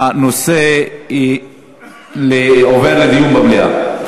הנושא עובר לדיון במליאה.